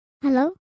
Hello